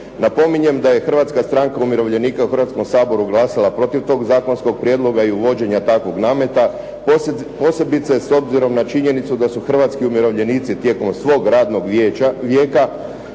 Napominjem da je Hrvatska stranka umirovljenika u Hrvatskom saboru glasala protiv tog zakonskog prijedloga i uvođenja takvog nameta, posebice s obzirom na činjenicu da su hrvatski umirovljenici tijekom svog radnog vijeka